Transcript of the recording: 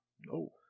No